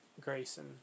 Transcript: Grayson